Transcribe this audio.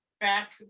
back